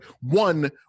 one